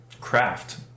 craft